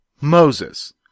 Moses